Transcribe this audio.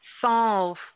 solve